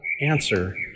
answer